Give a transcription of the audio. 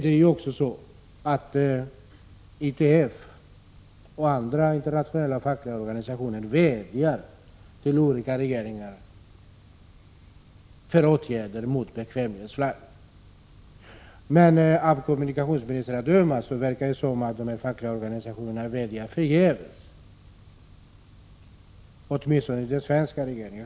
Dessutom vädjar ITF och andra internationella fackliga organisationer till olika regeringar om åtgärder mot bekvämlighetsflagg. Av kommunikationsministerns uttalande att döma verkar det som om de fackliga organisationerna vädjade förgäves, åtminstone hos den svenska regeringen.